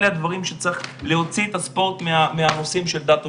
אלה הדברים שצריך להוציא את הספורט מהנושאים של דת ומדינה.